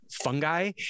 Fungi